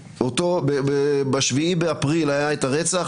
ב-7 באפריל היה הרצח,